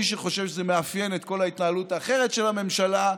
מי שחושב שזה מאפיין את כל ההתנהלות האחרת של הממשלה,